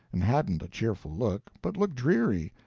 and hadn't a cheerful look, but looked dreary,